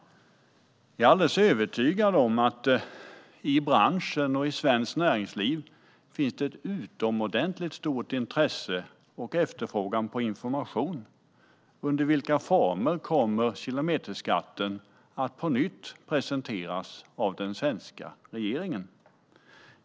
Jag är helt övertygad om att det i branschen och i svenskt näringsliv finns ett utomordentligt stort intresse för och stor efterfrågan på information om under vilka former kilometerskatten kommer att presenteras på nytt av den svenska regeringen.